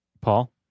Paul